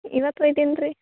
ಇವತ್ತು ಒಯ್ತೀನಿ ರೀ